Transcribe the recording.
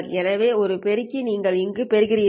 எனவே ஒரு பெருக்கி நீங்கள் இங்கு பெற்றிருப்பீர்கள்